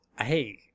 hey